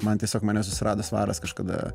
man tiesiog mane susirado svaras kažkada